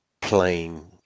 plain